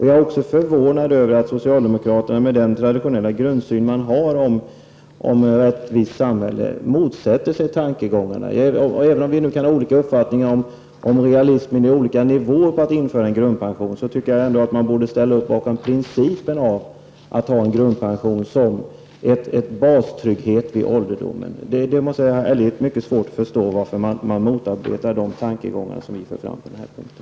Jag är också förvånad över att socialdemokraterna, med sin traditionella grundsyn när det gäller ett rättvist samhälle, motsätter sig tankegångarna. Även om vi kan ha olika uppfattningar om realismen på olika nivåer i att införa en grundpension, tycker jag ändå att man borde ställa upp på principen att ha en grundpension som bastrygghet vid ålderdomen. Jag har mycket svårt att förstå varför man motarbetar de tankegångar vi för fram på den här punkten.